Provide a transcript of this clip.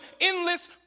endless